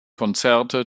konzerte